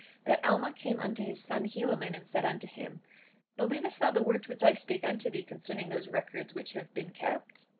that alma came unto his son helaman and said unto him believest thou the words which i spake unto thee concerning those records which have been kept?